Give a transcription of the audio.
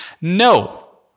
No